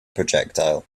projectile